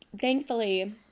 thankfully